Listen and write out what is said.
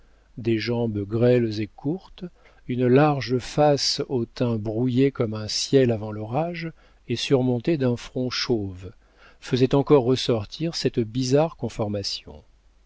des jambes grêles et courtes une large face au teint brouillé comme un ciel avant l'orage et surmonté d'un front chauve faisaient encore ressortir cette bizarre conformation